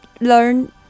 learn